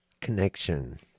connection